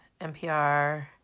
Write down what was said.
NPR